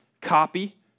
Copy